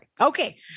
Okay